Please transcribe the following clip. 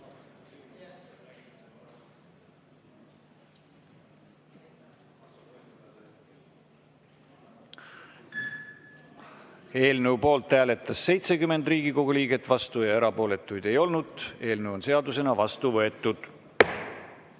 Eelnõu poolt hääletas 54 Riigikogu liiget, vastu oli 13, erapooletuid ei olnud. Eelnõu on seadusena vastu võetud.